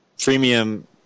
premium